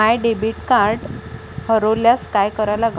माय debit card हरोल्यास काय करा लागन?